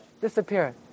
disappeared